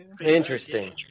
Interesting